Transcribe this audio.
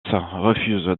refuse